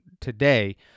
today